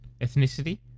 Ethnicity